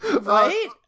Right